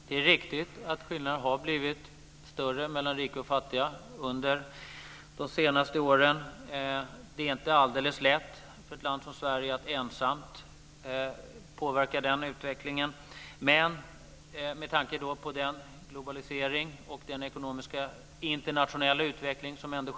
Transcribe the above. Herr talman! Det är riktigt att skillnaderna mellan rika och fattiga har blivit större under de senaste åren. Det är inte alldeles lätt för ett land som Sverige att ensamt påverka den utvecklingen med tanke på den globalisering och den ekonomiska internationella utveckling som sker.